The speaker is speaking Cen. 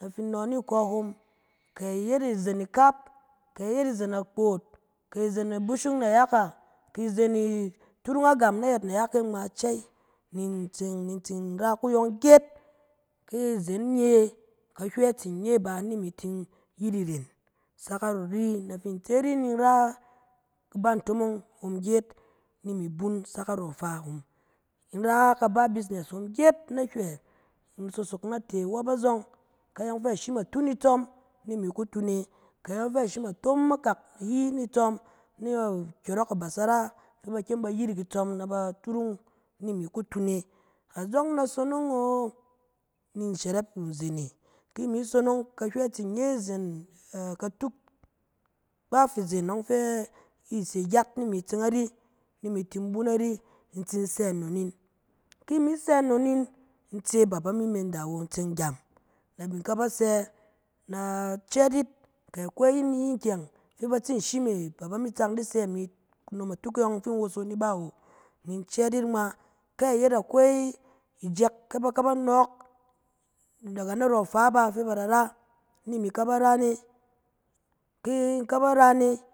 Na fin no ni kɔ hom, kɛ yet izen ikap kɛ yet izen gboot kɛ izen i bushung nayak e, kɛ izen iturung agam nayɛt nayak ngma cɛy, ni in tsin ra kuyɔng e gyet. Ki izen nye, kahywɛ tsin nye bà ni imi tin yit iren sak ari, na fin tse ri ni imi tsin ra kaban tomong hom gyet ni imi bung sak arɔ ifa hom. In ra ka ba bisnɛs hom gyet na hywɛ, in sosok nate iwɔp azɔng ke aƴɔng fɛ a shim a tung itsɔm, ni imi ku tung e, ke ayɔng fɛ a shim a tom akak ayi ni tsɔm, na- nkyɔrɔk abasara, fɛ ba kyem ba yirik itsɔm na ba turung ni imi ku tung e. Azɔng na sonong o, ni shɛrɛp izen e, ki imi sonong, kahywɛ tsin nye, izen katuk, kpaf izen ɔng fɛ i se gyet ni imi tseng ari, ni imi tin bung ari, in tsin sɛ nnon in. Ki imi sɛ nnon in, in tse ba ba mi menda awo, in tseng gyem. Na bin ka ba sɛ ni cɛɛt yit, kɛ akwi iyin kak fɛ ba tsin shim e ba ba mi tsɛ di sɛ mi kunom ituk e yɔng fi in wusu in ba awo, ni in cɛɛt yit ngma. Kɛ a yet akwi ijɛk fɛ ba ka ba nɔɔk, daga narɔ ifa bá fɛ ba da ra, ni imi ka ba ra ne. Ki in ka ba ra ne,